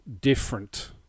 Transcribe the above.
different